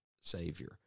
Savior